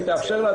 אם תאפשר לה,